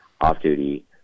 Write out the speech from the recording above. off-duty